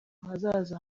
hazaza